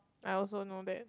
I also know that